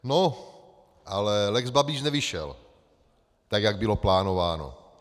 No ale lex Babiš nevyšel, tak jak bylo plánováno.